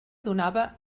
donava